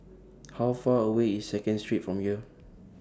How Far away IS Second Street from here